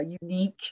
unique